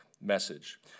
message